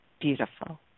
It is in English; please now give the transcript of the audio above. Beautiful